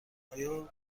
آیا